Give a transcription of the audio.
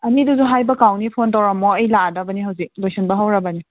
ꯑꯅꯤꯗꯨꯁꯨ ꯍꯥꯏꯕ ꯀꯥꯎꯅꯤ ꯐꯣꯟ ꯇꯧꯔꯝꯃꯣ ꯑꯩ ꯂꯥꯀꯑꯗꯕꯅꯦ ꯍꯧꯖꯤꯛ ꯂꯣꯏꯁꯤꯟꯕ ꯍꯧꯔꯕꯅꯦ